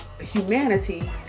humanity